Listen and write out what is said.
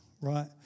right